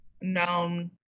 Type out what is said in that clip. known